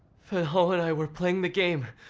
feng hao and i were playing the game,